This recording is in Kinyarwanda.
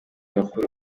bakuru